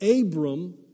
Abram